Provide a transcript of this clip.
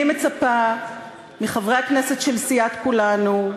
אני מצפה מחברי הכנסת של סיעת כולנו,